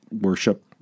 worship